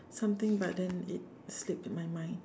something but then it slipped my mind